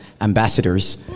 ambassadors